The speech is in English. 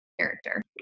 character